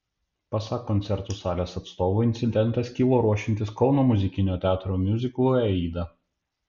pasak koncertų salės atstovų incidentas kilo ruošiantis kauno muzikinio teatro miuziklui aida